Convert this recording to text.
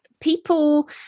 people